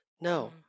No